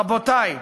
רבותי,